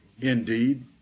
Indeed